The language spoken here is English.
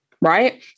right